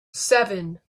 seven